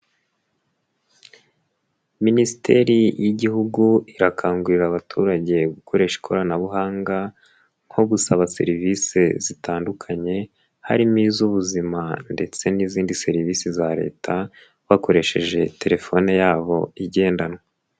Minisiteri y'Igihugu irakangurira abaturage gukoresha ikoranabuhanga nko gusaba serivise zitandukanye harimo iz'ubuzima ndetse n'izindi serivisi za Leta, bakoresheje telefone yabo igendanwa.